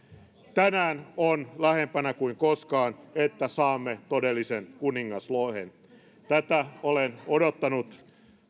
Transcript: tänään se on lähempänä kuin koskaan että saamme todellisen kuningaslohen tätä olen odottanut